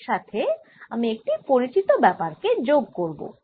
এবার এর সাথে আমি একটি পরিচিত ব্যাপার কে যোগ করব